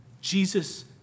Jesus